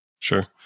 Sure